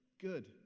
good